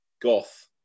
goth